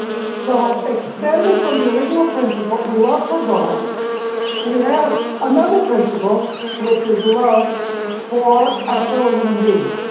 so extended from the original principle love for god we have another principle which is love for our fellow human beings,